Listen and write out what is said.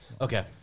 Okay